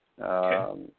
Okay